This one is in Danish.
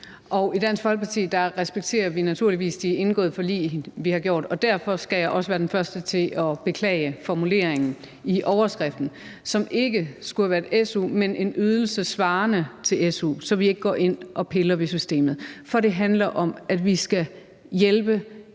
I Dansk Folkeparti respekterer vi naturligvis de forlig, vi har indgået, og derfor skal jeg også være den første til at beklage formuleringen i overskriften, hvor der ikke skulle have stået »su«, men »en ydelse svarende til su«, så vi ikke går ind og piller ved systemet. For det handler om, at vi skal hjælpe